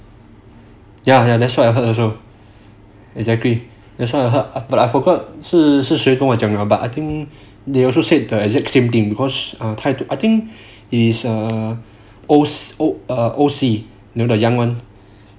ya ya that's what I heard also exactly that's what I heard but I forgot 是是谁跟我讲的 but I think they also said the exact same thing because I think is err O_C the young [one]